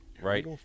right